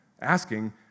asking